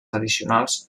addicionals